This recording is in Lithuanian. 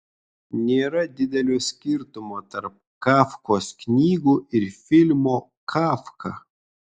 nėra didelio skirtumo tarp kafkos knygų ir filmo kafka